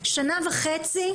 שנה וחצי,